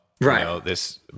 Right